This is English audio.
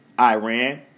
Iran